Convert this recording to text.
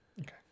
Okay